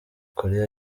korea